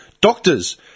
doctors